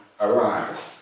Arise